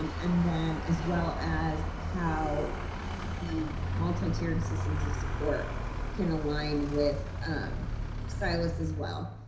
um and then as well as how the multi tiered systems of support can align with um silas as well.